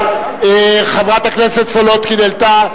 חברת הכנסת סולודקין העלתה,